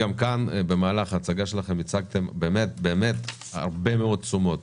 במהלך ההצגה שלכם הצגתם הרבה מאוד תשומות,